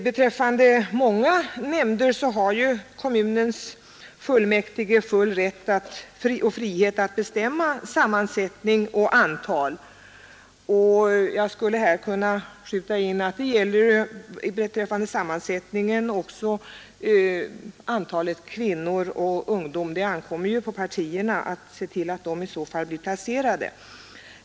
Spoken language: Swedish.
Beträffande många nämnder har kommunens fullmäktige full rätt och frihet att bestämma sammansättning och antal ledamöter — och jag kan skjuta in att bet antalet kvinnor och ungdomar. Det ankommer ju på partierna att se till att de blir placerade.